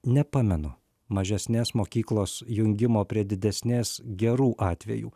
nepamenu mažesnės mokyklos jungimo prie didesnės gerų atvejų